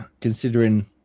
considering